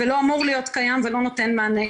זה לא אמור להיות קיים ולא נותן מענה,